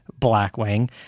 Blackwing